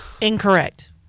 Incorrect